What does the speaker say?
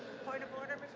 point of order,